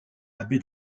abbé